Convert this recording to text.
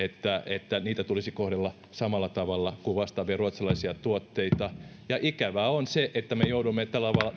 että niitä tulisi kohdella samalla tavalla kuin vastaavia ruotsalaisia tuotteita ja ikävää on se että me joudumme